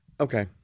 Okay